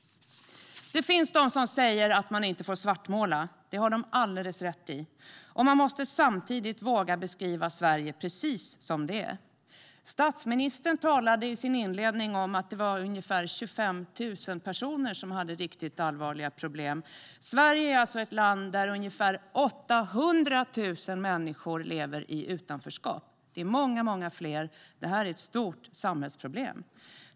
Det finns de som säger att man inte får svartmåla. Det har de alldeles rätt i. Samtidigt måste man våga att beskriva Sverige precis som det är. Statsministern talade i sin inledning om att var ca 25 000 personer som hade riktigt allvarliga problem. Sverige är alltså ett land där ungefär 800 000 människor eller fler lever i utanförskap. Detta är ett stort samhällsproblem.